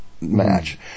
match